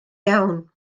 iawn